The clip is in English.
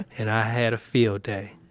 and i had a field day.